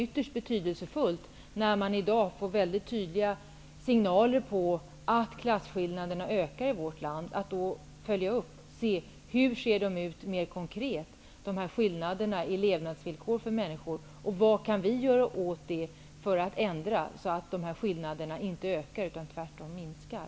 I dag får vi mycket tydliga signaler om att klasskillnaderna ökar i vårt land. Jag tror att det då är mycket betydelsefullt att följa upp detta och studera hur skillnaderna i människors levnadsvillkor ser ut mera konkret. Vi bör också fråga oss vad vi kan göra åt det för att se till att skillnaderna inte ökar utan tvärtom minskar.